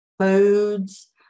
foods